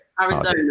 Arizona